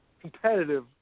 competitive